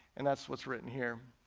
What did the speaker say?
and that's what's written here.